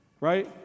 right